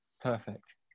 perfect